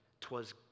T'was